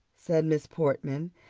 said miss portman,